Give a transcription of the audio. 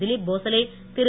Dilip Bhosale Thiru